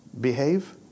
behave